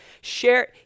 share